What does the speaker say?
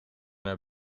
naar